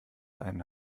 einen